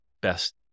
best